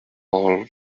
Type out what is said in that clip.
all